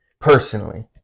personally